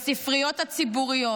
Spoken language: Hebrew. בספריות הציבוריות,